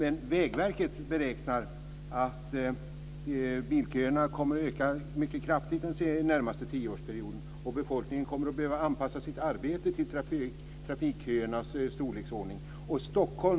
Men Vägverket beräknar att bilköerna kommer att öka mycket kraftigt den närmaste tioårsperioden, och befolkningen kommer att behöva anpassa sitt arbete till trafikköernas storleksordning.